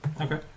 Okay